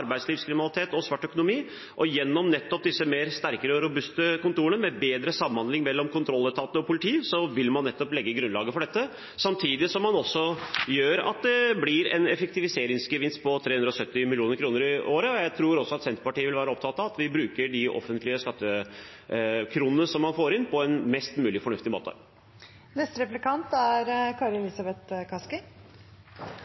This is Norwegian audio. nettopp legge grunnlaget for dette. Samtidig blir det også en effektiviseringsgevinst på 370 mill. kr i året, og jeg tror at Senterpartiet også vil være opptatt av at vi bruker de offentlige skattekronene man får inn, på en mest mulig fornuftig måte. «Regjeringens brilleforslag er